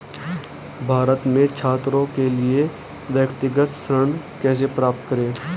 भारत में छात्रों के लिए व्यक्तिगत ऋण कैसे प्राप्त करें?